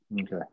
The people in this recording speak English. Okay